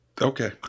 Okay